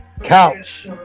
couch